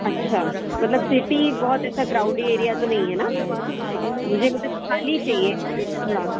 अच्छा मतलब सिटी बहुत ऐसा क्राउडी एरिया तो नहीं है ना मुझे मतलब ख़ाली चाहिए थोड़ा